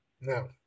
Now